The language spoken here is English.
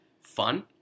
fun